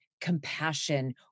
compassion